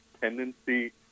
tendency